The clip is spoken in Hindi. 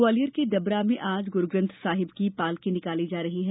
ग्वालियर के डबरा में आज गुरूग्रंथ साहिब की पालकी निकाली जा रही है